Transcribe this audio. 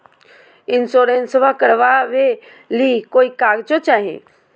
इंसोरेंसबा करबा बे ली कोई कागजों चाही?